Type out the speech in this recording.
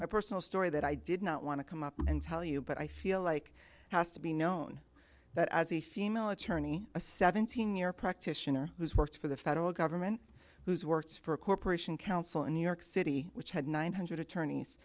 a personal story that i did not want to come up and tell you but i feel like has to be known but as a female attorney a seventeen year practitioner who has worked for the federal government whose works for a corporation counsel in new york city which had nine hundred attorneys